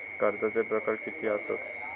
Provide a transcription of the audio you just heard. कर्जाचे प्रकार कीती असतत?